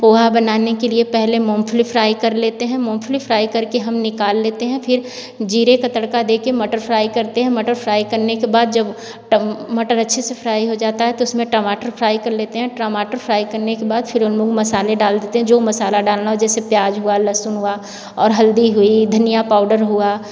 पोहा बनाने के लिए पहले मूंगफली फ्राई कर लेते हैं मूंगफली फ्राई करके हम निकाल लेते हैं फिर जीरे का तड़का देके मटर फ्राई करते हैं मटर फ्राई करने के बाद जब मटर अच्छे से फ्राई हो जाता है तो उसमें टमाटर फ्राई कर लेते हैं टमाटर फ्राई करने के बाद फिर उनमें मसाले डाल देते हैं जो मसाला डालना हो जैसे प्याज हुआ लहसुन हुआ और हल्दी हुई धनिया पाउडर हुआ